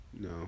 no